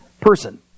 person